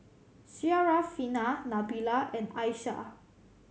Syarafina Nabila and Aishah